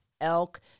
elk